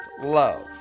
love